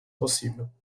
possível